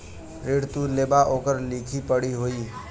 ऋण तू लेबा ओकर लिखा पढ़ी होई